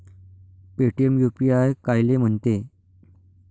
Paytm UPI कायले म्हनते?